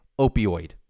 opioid